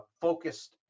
focused